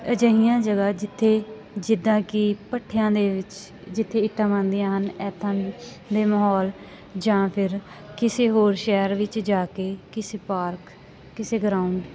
ਅਜਿਹੀਆਂ ਜਗ੍ਹਾ ਜਿੱਥੇ ਜਿੱਦਾਂ ਕਿ ਭੱਠਿਆਂ ਦੇ ਵਿੱਚ ਜਿੱਥੇ ਇੱਟਾਂ ਬਣਦੀਆਂ ਹਨ ਏਦਾਂ ਦੇ ਮਾਹੌਲ ਜਾਂ ਫਿਰ ਕਿਸੇ ਹੋਰ ਸ਼ਹਿਰ ਵਿੱਚ ਜਾ ਕੇ ਕਿਸੇ ਪਾਰਕ ਕਿਸੇ ਗਰਾਊਡ